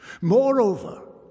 Moreover